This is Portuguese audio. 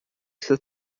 esta